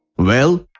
well,